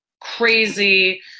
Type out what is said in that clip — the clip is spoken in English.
crazy